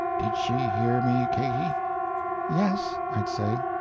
did she hear me katy yes, i'd say,